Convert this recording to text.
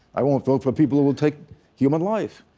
i won't vote for people who will take human life.